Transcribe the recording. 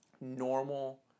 normal